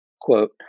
quote